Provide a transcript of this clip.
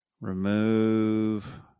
Remove